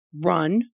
run